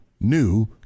new